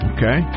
Okay